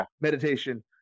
meditation